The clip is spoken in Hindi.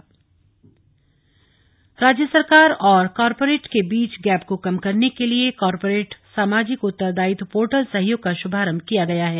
सहयोग पोर्टल राज्य सरकार और कॉरपोरेट के बीच गैप को कम करने के लिए कॉरपोरेट सामाजिक उत्तरदायित्व पोर्टल सहयोग का शुभारम्भ किया गया है